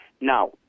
Now